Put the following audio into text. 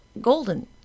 Golden